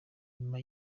nyuma